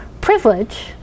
privilege